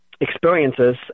experiences